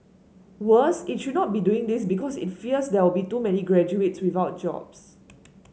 worse it should not be doing this because it fears there will be too many graduates without jobs